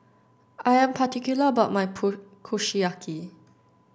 I am particular about my Kushiyaki